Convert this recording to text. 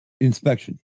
inspection